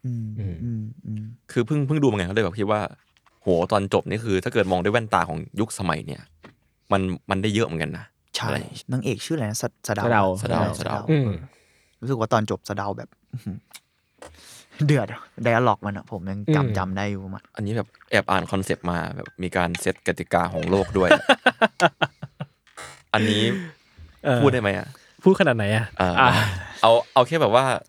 อืมอืมอืมคือเพิ่ง- เพิ่งดูมาไง ก็เลยแบบคิดว่า โหตอนจบนี่คือ ถ้าเกิดมองด้วยแว่นตาของยุคสมัยเนี่ย มัน- มันได้เยอะเหมือนกันนะ อะไรอย่างเงี้ยใช่ นางเอกชื่ออะไรนะ? สะ- สะเดาสะเดาอะ?สะเดาสะเดาสะเดาสะเดาอืมรู้สึกว่าตอนจบสะเดาแบบ เดือดอะ dialogue มันอะ ผมยังจำอืมจำได้อยู่ มันอันนี้แบบแอบอ่าน concept มาแบบ มีการ set กติกาของโลกด้วย อันนี้เออพูดได้ไหมอะ?พูดขนาดไหนอะ?เออ เอา- เอาแค่แบบว่า